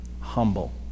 humble